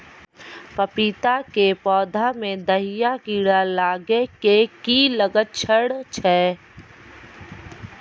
पपीता के पौधा मे दहिया कीड़ा लागे के की लक्छण छै?